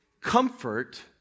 comfort